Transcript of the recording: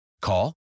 Call